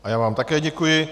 A já vám také děkuji.